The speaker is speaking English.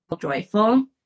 joyful